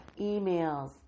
emails